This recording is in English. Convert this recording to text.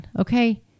Okay